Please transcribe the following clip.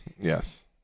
Yes